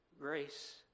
grace